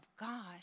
God